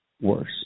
worse